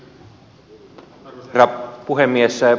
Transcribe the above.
arvoisa herra puhemies